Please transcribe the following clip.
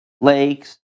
lakes